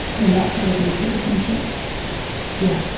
in that part of your citizenship yeah.